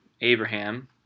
Abraham